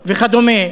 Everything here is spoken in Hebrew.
וכדומה.